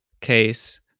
case